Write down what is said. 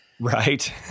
Right